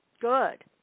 Good